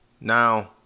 Now